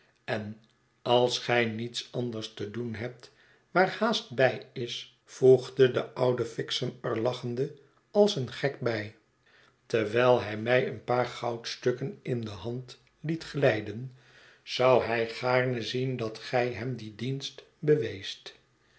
en als gij niets anders te doen hebt waar haast bij is voegde de oude fixem er lachende als een gek bij terwijl hij mij een paar goudstukken in de hand liet glijden zou hij gaarne zien dat gij hem dien dienst beweest